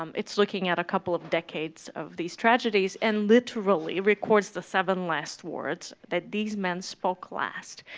um it's looking at a couple of decades of these tragedies, and literally records the seven last words that these men spoke last,